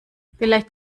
vielleicht